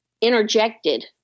interjected